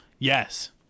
yes